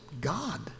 God